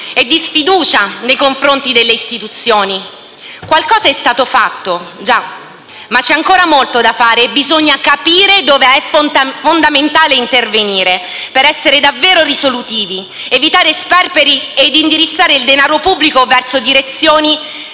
e di sfiducia nei confronti delle istituzioni. Qualcosa è stato fatto, già, ma c'è ancora molto da fare e bisogna capire dove è fondamentale intervenire per essere davvero risolutivi, evitare sperperi e indirizzare il denaro pubblico verso la